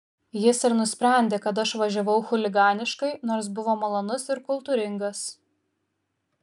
jis ir nusprendė kad aš važiavau chuliganiškai nors buvo malonus ir kultūringas